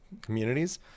communities